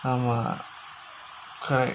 hmm correct